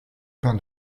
pain